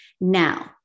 Now